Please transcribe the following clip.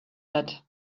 that